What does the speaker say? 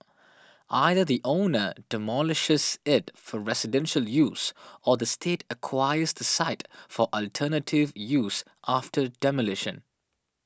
either the owner demolishes it for residential use or the State acquires the site for alternative use after demolition